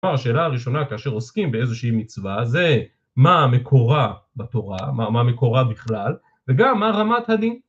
כלומר השאלה הראשונה כאשר עוסקים באיזושהי מצווה, זה מה מקורה בתורה, מה מקורה בכלל, וגם מה רמת הדין